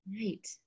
right